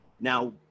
Now